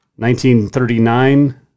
1939